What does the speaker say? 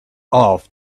off